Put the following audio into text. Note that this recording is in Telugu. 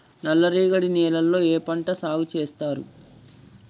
నల్లరేగడి నేలల్లో ఏ పంట సాగు చేస్తారు?